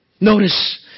notice